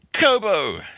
Kobo